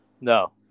no